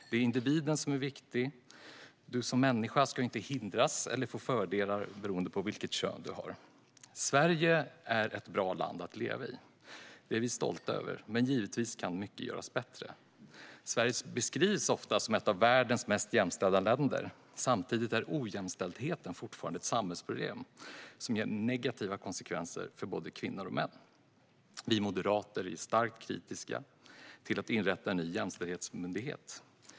Det är individen som är viktig, och du som människa ska inte hindras eller få fördelar beroende på vilket kön du har. Sverige är ett bra land att leva i. Det är vi stolta över, men givetvis kan mycket göras bättre. Sverige beskrivs ofta som ett av världens mest jämställda länder, men samtidigt är ojämställdheten fortfarande ett samhällsproblem som ger negativa konsekvenser för både kvinnor och män. Vi moderater är starkt kritiska till att inrätta en ny jämställdhetsmyndighet.